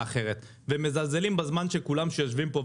אחרת ומזלזלים בזמן של כולם שיושבים פה,